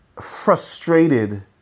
frustrated